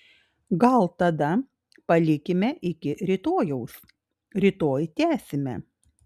gal tada palikime iki rytojaus rytoj tęsime